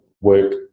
work